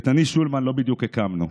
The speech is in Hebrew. את "אני שולמן" לא בדיוק הקמנו,